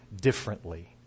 differently